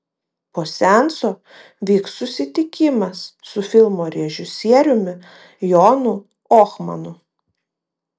po seanso vyks susitikimas su filmo režisieriumi jonu ohmanu